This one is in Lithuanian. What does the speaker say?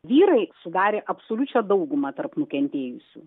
vyrai sudarė absoliučią daugumą tarp nukentėjusių